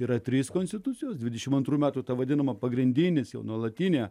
yra trys konstitucijos dvidešim antrų metų ta vadinama pagrindinis jau nuolatinė